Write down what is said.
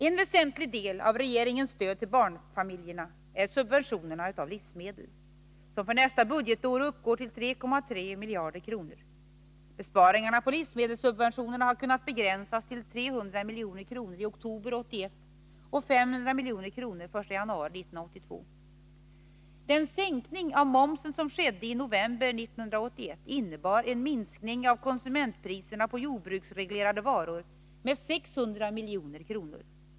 En väsentlig del av regeringens stöd till barnfamiljerna är subventionerna på livsmedel, som för nästa budgetår uppgår till ca 3300 milj.kr. Besparingarna på livsmedelssubventionerna har kunnat begränsas till 300 milj.kr. i oktober 1981 och 500 milj.kr. den 1 januari 1982. Den sänkning av momsen som skedde i november 1981 innebar en minskning av konsumentpriserna på jordbruksreglerade varor med 600 milj.kr.